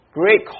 great